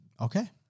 Okay